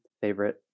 Favorite